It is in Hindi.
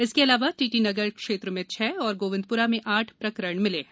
इसके अलावा टीटी नगर क्षेत्र में छह और गोविंदपुरा में आठ प्रकरण मिले हैं